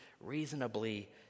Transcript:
reasonably